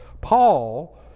Paul